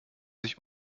sich